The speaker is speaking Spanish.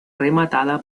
rematada